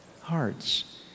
hearts